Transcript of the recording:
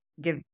give